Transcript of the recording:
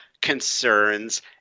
concerns